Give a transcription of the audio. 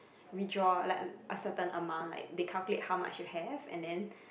withdraw like a certain amount like they calculate how much you have and then